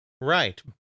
Right